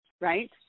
right